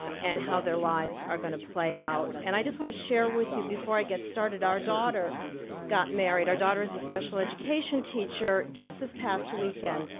and how their lives are going to play out. and i want to share with you before i get started our daughter got married, our daughter is a special education teacher just this past weekend.